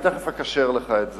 תיכף אקשר לך את זה.